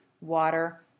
water